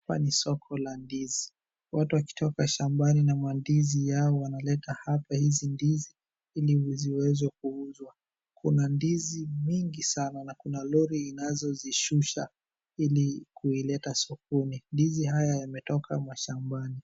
Hapa ni soko la ndizi. Watu wakitoka shambani na mandizi yao wanaleta hapa hizi ndizi, ili ziweze kuuzwa. Kuna ndizi mingi sana, na kuna lori inazozishusha ili kuileta sokoni. Ndizi haya yametoka mashambani.